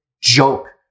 joke